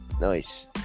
Nice